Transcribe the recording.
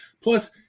Plus